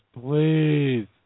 please